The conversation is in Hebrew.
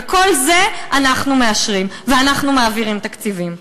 ואת כל זה אנחנו מאשרים ואנחנו מעבירים תקציבים.